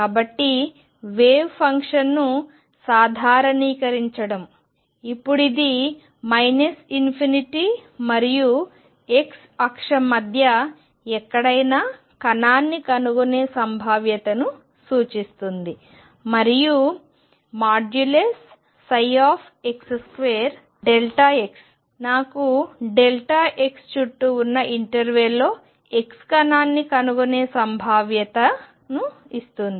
కాబట్టి వేవ్ ఫంక్షన్ను సాధారణీకరించండి ఇప్పుడు ఇది ∞ మరియు x అక్షం మధ్య ఎక్కడైనా కణాన్ని కనుగొనే సంభావ్యతను సూచిస్తుంది మరియు ψ2x నాకు x చుట్టూ ఉన్న ఇంటర్వెల్ లో x కణాన్ని కనుగొనే సంభావ్యతను ఇస్తుంది